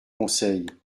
conseil